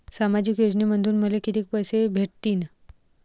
सामाजिक योजनेमंधून मले कितीक पैसे भेटतीनं?